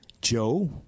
Joe